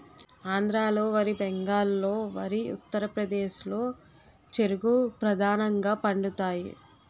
ఆంధ్రాలో వరి బెంగాల్లో వరి ఉత్తరప్రదేశ్లో చెరుకు ప్రధానంగా పండుతాయి